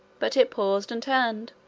but it paused, and turned.